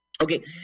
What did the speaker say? Okay